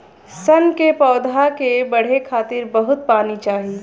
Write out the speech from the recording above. सन के पौधा के बढ़े खातिर बहुत पानी चाही